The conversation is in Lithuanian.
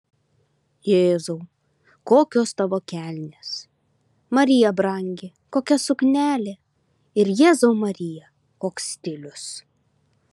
jėzau kokios tavo kelnės marija brangi kokia suknelė ir jėzau marija koks stilius